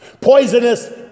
poisonous